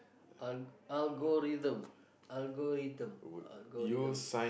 alg~ algorithm algorithm algorithm